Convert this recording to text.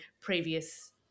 previous